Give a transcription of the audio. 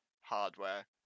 hardware